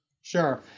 Sure